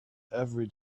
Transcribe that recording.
every